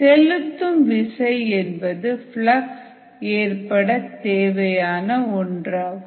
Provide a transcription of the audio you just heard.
செலுத்தும் விசை என்பது ஃப்ளக்ஸ் ஏற்பட தேவையான ஒன்றாகும்